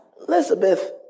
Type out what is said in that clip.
Elizabeth